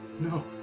No